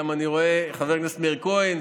אני רואה גם את חבר הכנסת מאיר כהן,